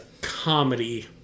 comedy